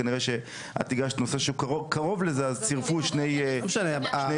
את הגשת קרוב לזה אז צירפו שני איחודים.